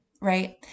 right